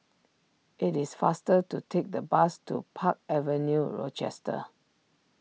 it is faster to take the bus to Park Avenue Rochester